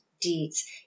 deeds